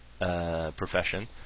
profession